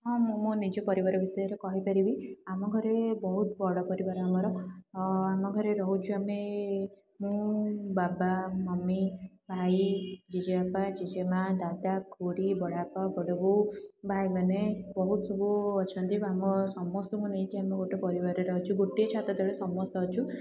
ହଁ ମୁଁ ମୋ ନିଜ ପରିବାର ବିଷୟରେ କହିପାରିବି ଆମ ଘରେ ବହୁତ ବଡ଼ ପରିବାର ଆମର ଆମ ଘରେ ରହୁଛୁ ଆମେ ମୁଁ ବାବା ମମି ଭାଇ ଜେଜେବାପା ଜେଜେମା' ଦାଦା ଖୁଡ଼ି ବଡ଼ବାପା ବଡ଼ବୋଉ ଭାଇମାନେ ବହୁତ ସବୁ ଅଛନ୍ତି ଆମ ସମସ୍ତଙ୍କୁ ନେଇକି ଆମେ ଗୋଟେ ପରିବାରରେ ରହିଛୁ ଗୋଟିଏ ଛାତ ତଳେ ସମସ୍ତେ ଅଛୁ